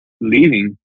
leaving